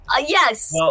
yes